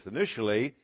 Initially